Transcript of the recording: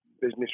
business